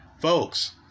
Folks